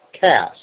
cast